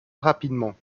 rapidement